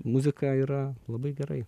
muzika yra labai gerai